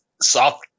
soft